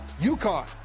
UConn